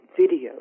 videos